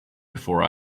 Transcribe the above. before